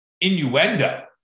innuendo